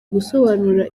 gusobanura